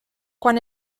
quan